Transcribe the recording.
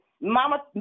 Mama